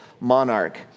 monarch